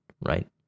right